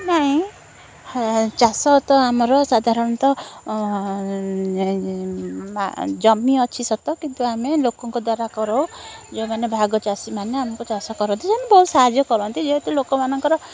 ନାଇଁ ହଁ ଚାଷ ତ ଆମର ସାଧାରଣତଃ ଜମି ଅଛି ସତ କିନ୍ତୁ ଆମେ ଲୋକଙ୍କ ଦ୍ୱାରା କରାଉ ଯେଉଁମାନେ ଭାଗ ଚାଷୀମାନେ ଆମକୁ ଚାଷ କରନ୍ତି ସେମାନେ ବହୁତ ସାହାଯ୍ୟ କରନ୍ତି ଯେହେତୁ ଲୋକମାନଙ୍କର